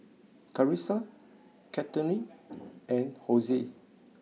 Karissa Catherine and Hosie